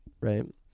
right